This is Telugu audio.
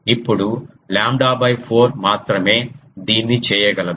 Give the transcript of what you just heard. ఇప్పుడు లాంబ్డా 4మాత్రమే దీన్ని చేయగలదు